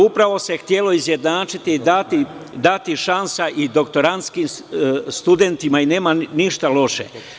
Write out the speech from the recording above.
Upravo se htelo izjednačiti i dati šansa i doktoranskim studentima i tu nema ništa loše.